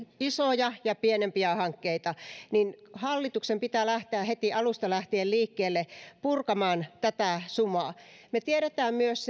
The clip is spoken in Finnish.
isoja ja ja pienempiä hankkeita niin hallituksen pitää lähteä heti alusta lähtien liikkeelle purkamaan tätä sumaa me tiedämme myös